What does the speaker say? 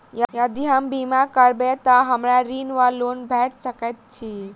यदि हम बीमा करबै तऽ हमरा ऋण वा लोन भेट सकैत अछि?